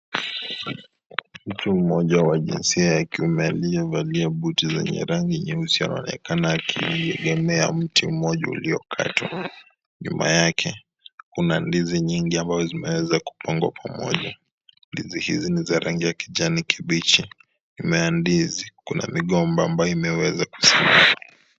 Mtu mmoja wa jinssia ya kiume aliyevalia buti zenye rangi nyeusi anaonekana akiegemea mti mmoja, uliokatwa, nyuma yake kuna ndizi nyingi ambazo zimeeza kupangwa pamoja, ndizi hizi ni za rangi ya kijani kibichi, nyuma ya ndizi, kuna migomba ambayo imeweza kusimama.